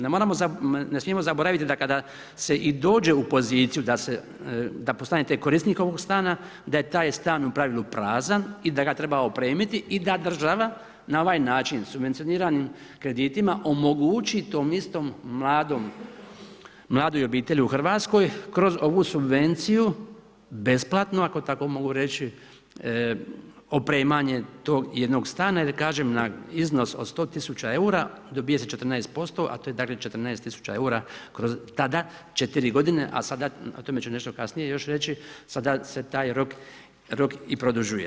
Ne smijemo zaboraviti kada se dođe u poziciju da postanete korisnik ovog stana da je taj stan u pravilu prazan i da ga treba opremiti i da država na ovaj način subvencioniranim kreditima omogućim tom istom mladom, mladoj obitelji u Hrvatskoj kroz ovu subvenciju besplatno, ako tako mogu reći, opremanje tog jednog stana, jer kažem na iznos od 100 000 eura dobije se 14%, a to je 14 000 kroz tada, 4 godine, a sada o tome ću nešto kasnije još reći, sada se taj rok i produžuje.